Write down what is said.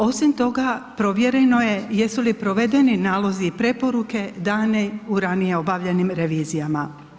Osim toga, provjereno je jesu li provedeni nalozi i preporuke dane u ranije obavljenim revizijama.